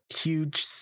huge